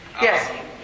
Yes